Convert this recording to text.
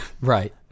Right